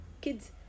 kids